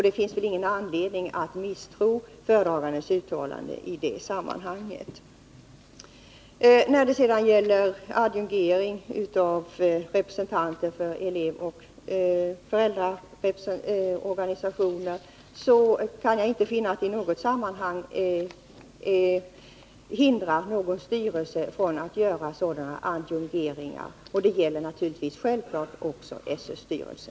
Det finns väl ingen anledning att misstro föredragandens uttalande i det sammanhanget. Sedan kan jag inte finna att det finns någonting som hindrar en styrelse från att adjungera representanter för elevoch föräldrarorganisationer. Det gäller självklart också SÖ:s styrelse.